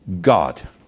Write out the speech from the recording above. God